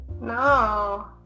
No